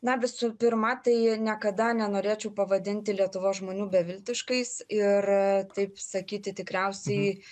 na visų pirma tai niekada nenorėčiau pavadinti lietuvos žmonių beviltiškais ir taip sakyti tikriausiai